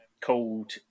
called